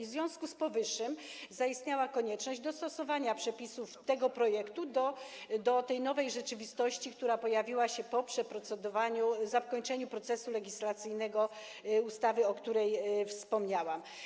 W związku z powyższym zaistniała konieczność dostosowania przepisów tego projektu do tej nowej rzeczywistości, która pojawiła się po przeprocedowaniu, zakończeniu procesu legislacyjnego dotyczącego ustawy, o której wspomniałam.